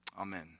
Amen